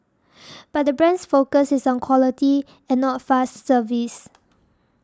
but the brand's focus is on quality and not fast service